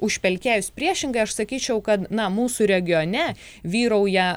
užpelkėjus priešingai aš sakyčiau kad na mūsų regione vyrauja